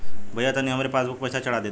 भईया तनि हमरे पासबुक पर पैसा चढ़ा देती